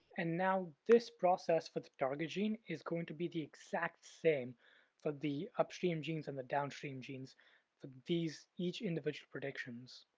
and now this process for the target gene is going to be the exact same for the upstream genes and the downstream genes for these each individual predictions.